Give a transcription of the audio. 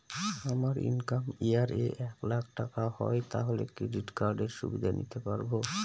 আমার income year এ এক লাক টাকা হয় তাহলে ক্রেডিট কার্ড এর সুবিধা নিতে পারবো?